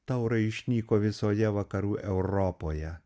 taurai išnyko visoje vakarų europoje